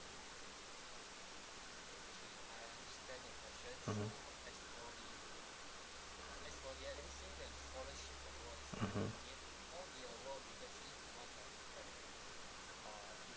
mmhmm mmhmm